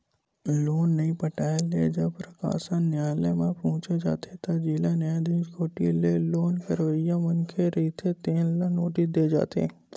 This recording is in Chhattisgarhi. लोन नइ पटाए ले जब प्रकरन नियालय म पहुंच जाथे त जिला न्यायधीस कोती ले लोन लेवइया मनखे रहिथे तेन ल नोटिस दे जाथे